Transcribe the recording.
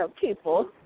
people